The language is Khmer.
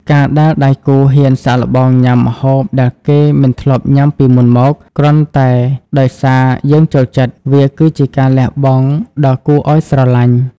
ការដែលដៃគូហ៊ានសាកល្បងញ៉ាំម្ហូបដែលគេមិនធ្លាប់ញ៉ាំពីមុនមក គ្រាន់តែដោយសារយើងចូលចិត្ត វាគឺជាការលះបង់ដ៏គួរឱ្យស្រឡាញ់។